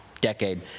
decade